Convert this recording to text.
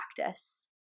practice